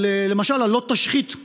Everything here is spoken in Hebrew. למשל, על "לא תשחית";